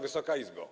Wysoka Izbo!